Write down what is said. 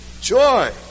Joy